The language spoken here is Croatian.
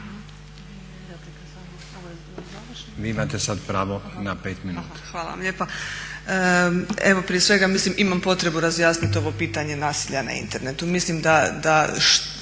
**Milas Klarić, Ivana** hvala vam lijepa. Evo prije svega mislim imam potrebu razjasniti ovo pitanje nasilja na internetu,